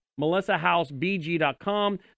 melissahousebg.com